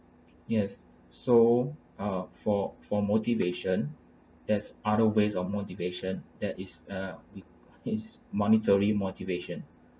yes so uh for for motivation there's other ways of motivation that is uh it is monetary motivation